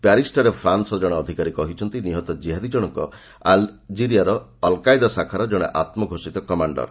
ପ୍ୟାରିସ୍ଠାରେ ଫ୍ରାନ୍ସର ଜଣେ ଅଧିକାରୀ କହିଛନ୍ତି ନିହତ ଜିହାଦୀ ଜଣକ ଅଲ୍ଜିରିଆର ଅଲ୍ କାଏଦା ଶାଖାର ଜଣେ ଆତ୍ମଘୋଷିତ କମାଣ୍ଡର୍